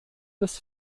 des